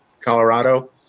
Colorado